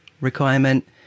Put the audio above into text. requirement